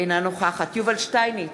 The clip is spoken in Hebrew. אינה נוכחת יובל שטייניץ,